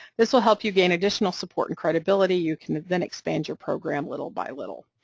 this will help you gain additional support and credibility, you can then expand your program little by little.